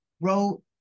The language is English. wrote